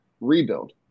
rebuild